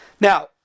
Now